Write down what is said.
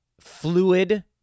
fluid